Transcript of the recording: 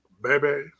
baby